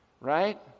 right